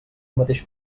mateix